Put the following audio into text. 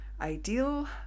ideal